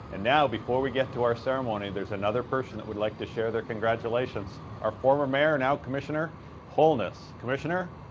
and now before we get to our ceremony there's another person that would like to share their congratulations our former mayor, now commissioner holeness. commissioner.